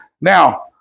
Now